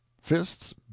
fists